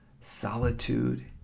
Solitude